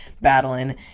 battling